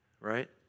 right